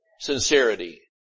sincerity